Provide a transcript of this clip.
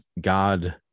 god